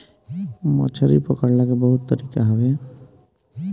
मछरी पकड़ला के बहुते तरीका हवे